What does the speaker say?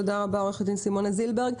תודה רבה, עו"ד סימונה זילבר.